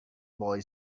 boy